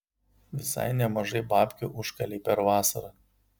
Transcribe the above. visai nemažai babkių užkalei per vasarą